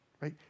right